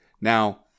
Now